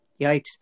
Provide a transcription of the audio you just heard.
Yikes